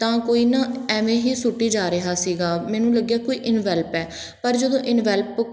ਤਾਂ ਕੋਈ ਨਾ ਐਵੇਂ ਹੀ ਸੁੱਟੀ ਜਾ ਰਿਹਾ ਸੀਗਾ ਮੈਨੂੰ ਲੱਗਿਆ ਕੋਈ ਇਨਵੈਲਪ ਹੈ ਪਰ ਜਦੋਂ ਇਨਵੈਲਪ